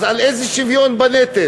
אז על איזה שוויון בנטל?